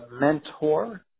mentor